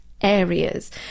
areas